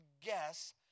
guess